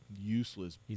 Useless